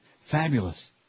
Fabulous